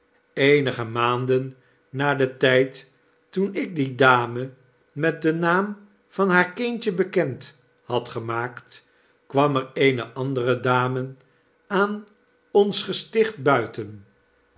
eenige maanden na den tyd toen ik die dame met den naam van haar kindje bekend had gemaakt kwam er eene andere dame aan ons gesticht buiten